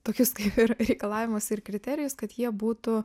tokius kaip ir reikalavimus ir kriterijus kad jie būtų